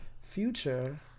Future